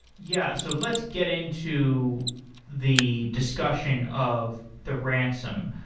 yeah. so let's get into the discussion of the ransom.